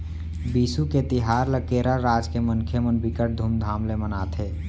बिसु के तिहार ल केरल राज के मनखे मन बिकट धुमधाम ले मनाथे